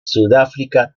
sudáfrica